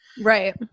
right